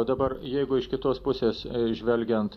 o dabar jeigu iš kitos pusės žvelgiant